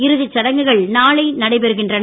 இறுதிச் சடங்குகள் நாளை நடைபெறுகின்றன